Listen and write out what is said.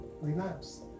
relapse